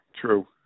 true